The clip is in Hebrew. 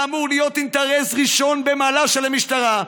זה אמור להיות אינטרס ראשון במעלה של המשטרה,